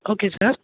okay sir